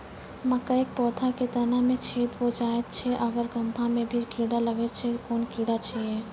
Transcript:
मकयक पौधा के तना मे छेद भो जायत छै आर गभ्भा मे भी कीड़ा लागतै छै कून कीड़ा छियै?